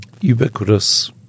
ubiquitous